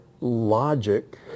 logic